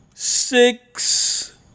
Six